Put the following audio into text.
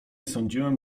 sądziłem